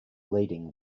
leading